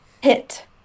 hit